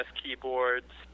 keyboards